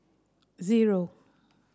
zero